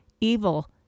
evil